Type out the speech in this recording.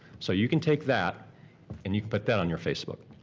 so you can take that and you can put that on your facebook,